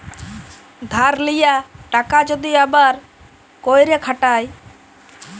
ধার লিয়া টাকা যদি আবার ক্যইরে খাটায়